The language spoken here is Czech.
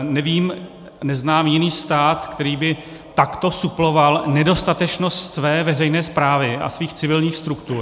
Nevím a neznám jiný stát, který by takto suploval nedostatečnost své veřejné správy a svých civilních struktur.